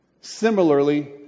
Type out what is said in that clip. Similarly